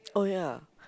oh ya